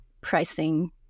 pricing